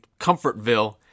Comfortville